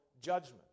judgment